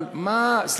זה לא יכול להיות,